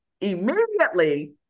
immediately